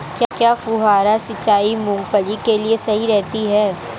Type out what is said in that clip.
क्या फुहारा सिंचाई मूंगफली के लिए सही रहती है?